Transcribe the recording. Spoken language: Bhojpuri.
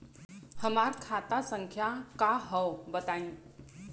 हमार खाता संख्या का हव बताई?